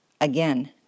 again